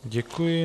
Děkuji.